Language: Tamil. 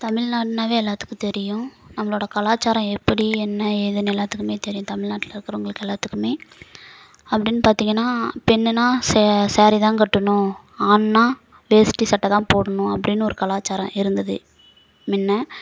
தமிழ்நாடுனாலே எல்லாத்துக்கும் தெரியும் நம்மளோடய கலாச்சாரம் எப்படி என்ன ஏதுனு எல்லாத்துக்குமே தெரியும் தமிழ்நாட்டில் இருக்கிறவங்களுக்கு எல்லாத்துக்குமே அப்படின்னு பார்த்திங்கன்னா பெண்ணுனால் ஸேரீ தான் கட்டணும் ஆண்ணால் வேஷ்டி சட்டை தான் போடணும் அப்படின்னு ஒரு கலாச்சாரம் இருந்தது முன்ன